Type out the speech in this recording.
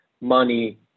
money